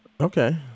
Okay